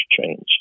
change